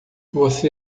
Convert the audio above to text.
você